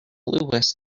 louis